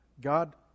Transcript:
God